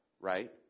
right